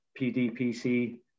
PDPC